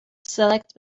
select